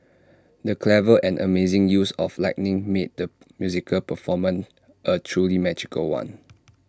the clever and amazing use of lighting made the musical performance A truly magical one